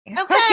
Okay